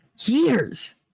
years